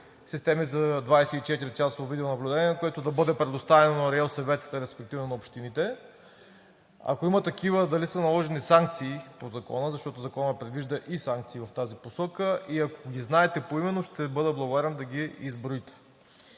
системи за 24-часово видеонаблюдение, което да бъде предоставено на РИОСВ-та, респективно на общините? Ако има такива, дали са наложени санкции по закона, защото законът предвижда и санкции в тази посока, и ако ги знаете поименно, ще Ви бъда благодарен да ги изброите?